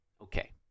Okay